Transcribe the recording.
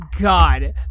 God